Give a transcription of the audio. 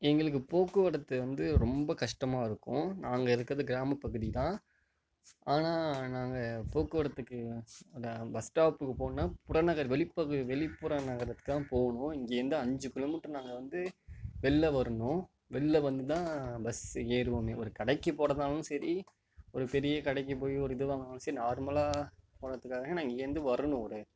எங்களுக்கு போக்குவரத்து வந்து ரொம்ப கஷ்டமாக இருக்கும் நாங்கள் இருக்கிறது கிராம பகுதிதான் ஆனால் நாங்கள் போக்குவரத்துக்கு இந்த பஸ் ஸ்டாப்க்கு போகணுனால் புறநகர் வெளிபகுதி வெளிப்புற நகரத்துக்குதான் போகணும் இங்கேருந்து அஞ்சு கிலோமீட்டர் நாங்கள் வந்து வெளில வரணும் வெளில வந்து தான் பஸ் ஏறுவோமே ஒரு கடைக்கு போகிறதுனாலும் சரி ஒரு பெரிய கடைக்கு போய் ஒரு இது வாங்கணுனாலும் சரி நார்மலாக போகிறதுக்காக நாங்கள் இங்கேருந்து வரணும் ஒரு